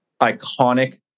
iconic